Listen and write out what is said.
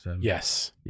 Yes